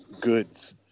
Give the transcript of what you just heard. goods